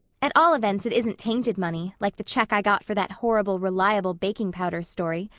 at all events it isn't tainted money like the check i got for that horrible reliable baking powder story.